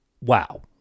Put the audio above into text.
Wow